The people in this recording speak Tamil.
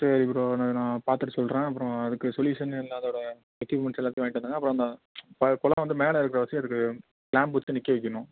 சரி ப்ரோ என்னனு நான் பார்த்துட்டு சொல்கிறேன் அப்புறம் அதுக்கு சொல்யூஷன் அதோடய எக்யூப்மெண்ட்ஸ் எல்லாத்தையும் வாங்கிட்டு வந்துடுங்க அப்புறம் அந்த கொளாய் வந்து மேலே க்ளாம்ப் வச்சு நிற்க வைக்கணும்